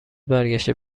برگشته